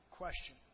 question